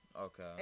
okay